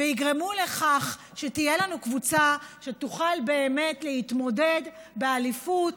ויגרמו לכך שתהיה לנו קבוצה שתוכל באמת להתמודד באליפות,